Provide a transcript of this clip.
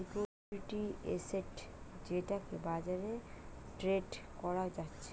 security asset যেটাকে বাজারে trade করা যাচ্ছে